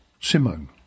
Simone